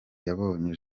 yabonye